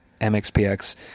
MXPX